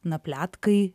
na pletkai